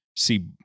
see